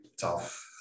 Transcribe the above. tough